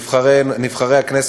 נבחרי הכנסת,